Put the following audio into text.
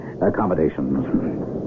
accommodations